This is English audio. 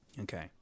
Okay